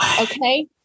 okay